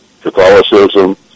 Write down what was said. Catholicism